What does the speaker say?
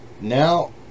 now